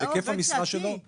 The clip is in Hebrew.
היקף המשרה שלו --- רגע,